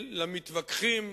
למתווכחים,